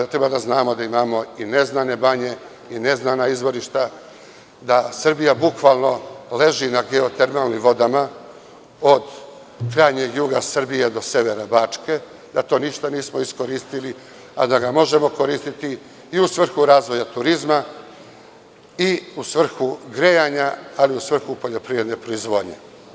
Treba da znamo da imamo i neznane banje i neznana izvorišta, da Srbija bukvalno leži na geotermalnim vodama, od krajnjeg juga Srbije do severa Bačke, da to ništa nismo iskoristili, a da ga možemo koristiti i u svrhu razvoja turizma i u svrhu grejanja, ali i u svrhu poljoprivredne proizvodnje.